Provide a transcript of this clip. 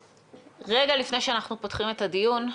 רגע לפני שאנחנו פותחים את הדיון,